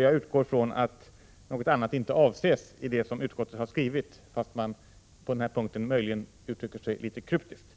Jag utgår från att något annat inte avses i det som utskottet har skrivit, även om man på denna punkt möjligen uttrycker sig litet kryptiskt.